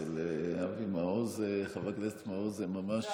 אצל אבי מעוז, חבר הכנסת מעוז, זה ממש,